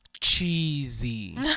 cheesy